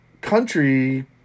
country